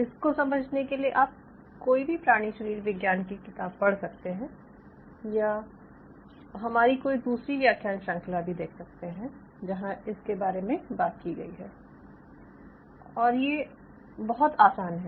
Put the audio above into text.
इसको समझने के लिए आप कोई भी प्राणी शरीर विज्ञान की किताब पढ़ सकते हैं या हमारी कोई दूसरी व्याख्यान श्रंखला भी देख सकते हैं जहाँ इसके बारे में बात की गयी है और ये बहुत आसान है